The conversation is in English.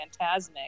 Fantasmic